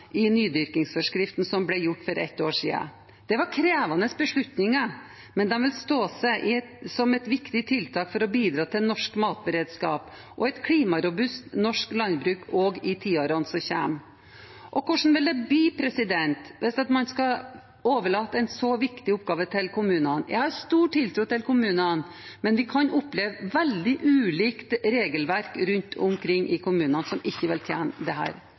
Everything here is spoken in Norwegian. i nydyrkingsforskriften som ble gjort for ett år siden. Det var krevende beslutninger, men de vil stå seg som viktige tiltak for å bidra til norsk matberedskap og et klimarobust norsk landbruk også i tiårene som kommer. For hvordan vil det bli hvis man skal overlate en så viktig oppgave til kommunene? Jeg har stor tiltro til kommunene, men vi kan oppleve veldig ulikt regelverk rundt omkring i kommunene, som ikke vil